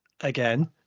again